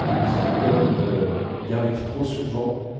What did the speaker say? et qui comme il arrive trop souvent